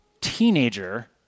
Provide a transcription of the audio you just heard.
teenager